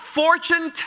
fortune